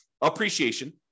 Appreciation